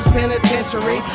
Penitentiary